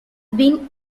been